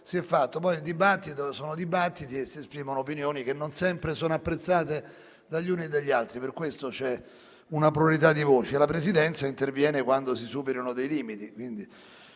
Nel dibattito poi si esprimono opinioni che non sempre sono apprezzate dagli uni o dagli altri; è per questo che c'è una pluralità di voci e la Presidenza interviene quando si superino dei limiti.